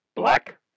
Black